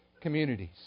communities